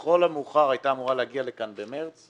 שלכל המאוחר הייתה אמורה להגיע לכאן בחודש מרס,